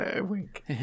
wink